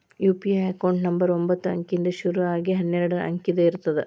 UPI account number ಒಂಬತ್ತ ಅಂಕಿಯಿಂದ್ ಶುರು ಆಗಿ ಹನ್ನೆರಡ ಅಂಕಿದ್ ಇರತ್ತ